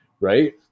Right